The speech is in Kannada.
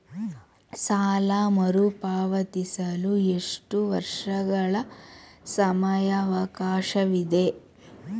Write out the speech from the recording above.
ಸಾಲ ಮರುಪಾವತಿಸಲು ಎಷ್ಟು ವರ್ಷಗಳ ಸಮಯಾವಕಾಶವಿದೆ?